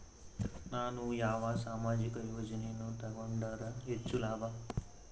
ನಾನು ಯಾವ ಸಾಮಾಜಿಕ ಯೋಜನೆಯನ್ನು ತಗೊಂಡರ ಹೆಚ್ಚು ಲಾಭ?